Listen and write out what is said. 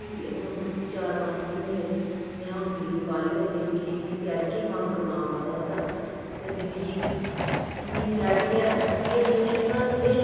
फ्ही हून चार पंज म्हीने होए ते में हून बिल्ली पाल्ली ते मेरी बिल्ली इन्नी प्यारी ऐ मैंगरू नांऽ पाए दा ओह्दा ते बिल्ली गी इन्नी प्यारी ऐ चूहे बी नी अपने घर होंदे